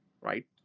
right